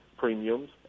premiums